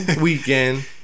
weekend